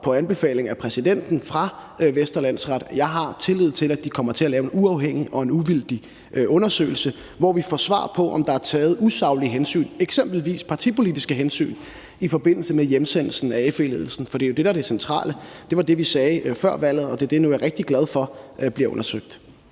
på anbefaling af retspræsidenten fra Vestre Landsret. Jeg har tillid til, at de kommer til at lave en uafhængig og uvildig undersøgelse, hvor vi får svar på, om der er taget usaglige hensyn, eksempelvis partipolitiske hensyn, i forbindelse med hjemsendelsen af FE-ledelsen. For det er jo det, der er det centrale. Det var det, vi sagde før valget, og det er det, jeg nu er rigtig glad for bliver undersøgt.